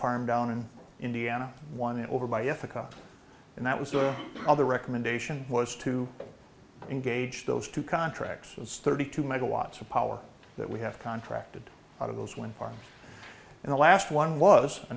farm down in indiana one over by ethical and that was the other recommendation was to engage those two contracts so it's thirty two megawatts of power that we have contracted out of those wind farms in the last one was a